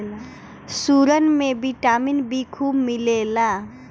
सुरन में vitamin B खूब मिलेला